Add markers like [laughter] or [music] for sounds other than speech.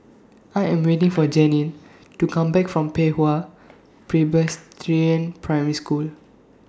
[noise] I Am waiting For Janine to Come Back from Pei Hwa Presbyterian Primary School